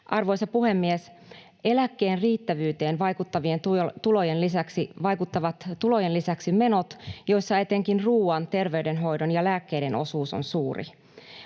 Arvoisa puhemies! Eläkkeen riittävyyteen vaikuttavat tulojen lisäksi menot, joissa etenkin ruoan, terveydenhoidon ja lääkkeiden osuus on suuri.